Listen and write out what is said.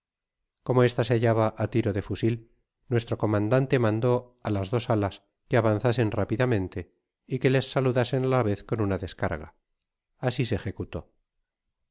como esta se hallaba á tiro de fusil nuestro comandante mando a las dos alas que avanzasen rápidamente y que les saludasen á la vez con una descarga asi se ejecutó